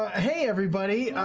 ah hey everybody,